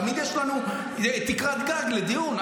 תמיד יש לנו תקרת גג לדיון.